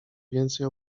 więcej